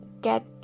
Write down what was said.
get